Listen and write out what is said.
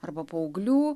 arba paauglių